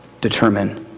determine